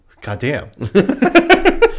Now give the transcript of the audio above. Goddamn